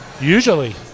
Usually